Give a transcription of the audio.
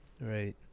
Right